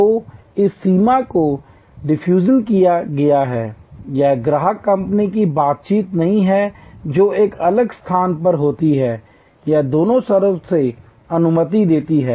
तो इस सीमा को डिफ्यूज किया गया है यह ग्राहक कंपनी की बातचीत नहीं है जो एक अलग स्थान पर होती है यह दोनों तरफ से अनुमति देती है